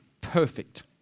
perfect